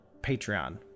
Patreon